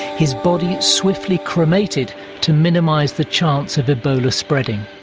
his body swiftly cremated to minimise the chance of ebola spreading.